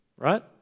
right